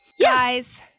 Guys